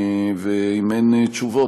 ואם אין תשובות,